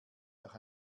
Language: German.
nach